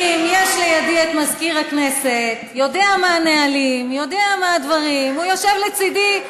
היא גם אומרת לשר לא להשיב לה.